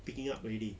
picking up already